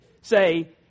say